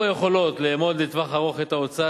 באשר לשיפור היכולות לאמוד לטווח ארוך את ההוצאה